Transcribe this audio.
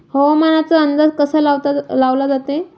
हवामानाचा अंदाज कसा लावला जाते?